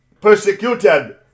persecuted